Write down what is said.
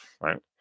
right